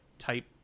type